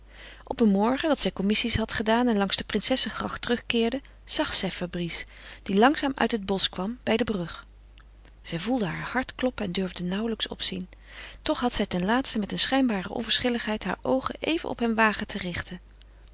op een morgen dat zij commissies had gedaan en langs de princessegracht terugkeerde zag zij fabrice die langzaam uit het bosch kwam bij de brug zij voelde haar hart kloppen en durfde nauwelijks opzien toch had zij ten laatste met een schijnbare onverschilligheid haar oogen even op hem wagen te richten